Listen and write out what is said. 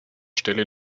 stelle